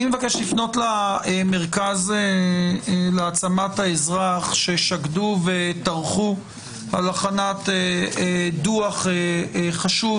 אני מבקש לפנות למרכז להעצמת האזרח ששקדו וטרחו על הכנת דוח חשוב